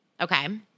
Okay